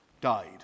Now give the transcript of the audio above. died